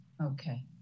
Okay